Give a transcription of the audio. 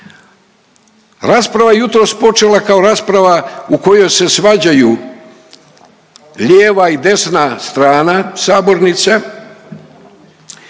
Rasprava je jutros počela kao rasprava u kojoj se svađaju lijeva i desna strana sabornice